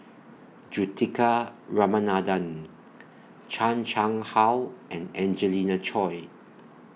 Juthika Ramanathan Chan Chang How and Angelina Choy